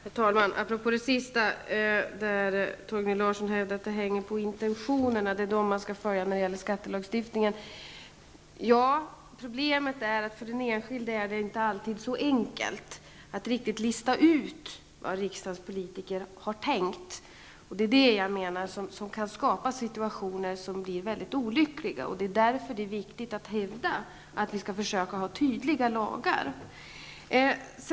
Herr talman! Apropå det som Torgny Larsson sade i slutet av sitt inlägg vill jag säga följande. Torgny Larsson hävdar alltså att det hänger på intentionerna. Det är dessa som skall följas när det gäller skattelagstiftningen. Vad som är problemet är att det för den enskilde inte alltid är så enkelt att lista ut vad riksdagens politiker har tänkt. Det är sådant som jag menar kan ge upphov till väldigt olyckliga situationer. Därför är det viktigt att hävda att vi skall eftersträva tydliga lagar.